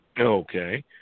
Okay